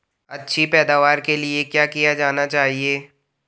अच्छी पैदावार के लिए क्या किया जाना चाहिए?